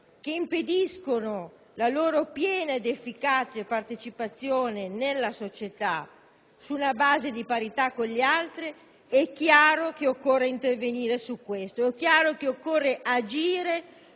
che impediscono la loro piena ed efficace partecipazione nella società sulla base di parità con gli altri, è chiaro che occorre intervenire su questo, che occorre agire